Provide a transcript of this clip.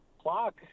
clock